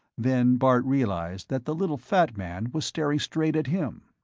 then bart realized that the little fat man was staring straight at him.